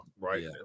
right